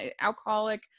alcoholic